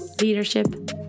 leadership